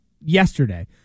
yesterday